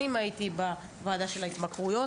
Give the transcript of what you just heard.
ארבע שנים הייתי בוועדה של ההתמכרויות,